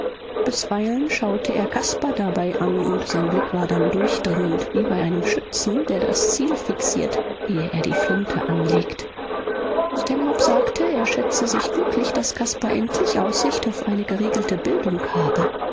bisweilen schaute er caspar dabei an und sein blick war dann durchdringend wie bei einem schützen der das ziel fixiert ehe er die flinte anlegt stanhope sagte er schätze sich glücklich daß caspar endlich aussicht auf eine geregelte bildung habe